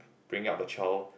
bring up a child